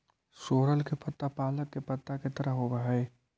सोरल के पत्ता पालक के पत्ता के तरह होवऽ हई